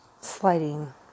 sliding